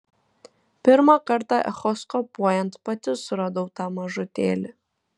pirmą kartą echoskopuojant pati suradau tą mažutėlį